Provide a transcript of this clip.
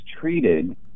treated